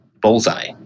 bullseye